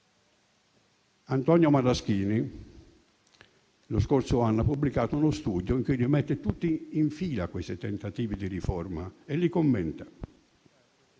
Antonio Malaschini lo scorso anno ha pubblicato uno studio in cui mette tutti in fila questi tentativi di riforma e li commenta.